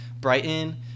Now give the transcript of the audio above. brighton